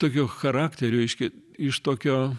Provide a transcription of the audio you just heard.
tokio charakterio reiškia iš tokio